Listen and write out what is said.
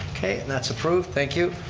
okay, and that's approved, thank you.